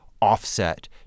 offset